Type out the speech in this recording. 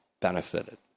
benefited